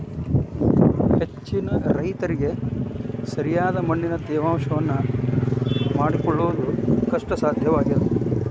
ಹೆಚ್ಚಿನ ರೈತರಿಗೆ ಸರಿಯಾದ ಮಣ್ಣಿನ ತೇವಾಂಶವನ್ನು ಮಾಡಿಕೊಳ್ಳವುದು ಕಷ್ಟಸಾಧ್ಯವಾಗಿದೆ